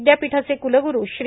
विद्यापीठाचे कुलगुरू श्री